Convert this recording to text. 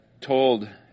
told